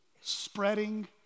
spreading